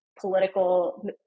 political